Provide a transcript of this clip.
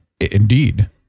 Indeed